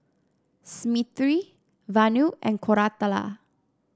Smriti Vanu and Koratala